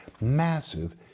massive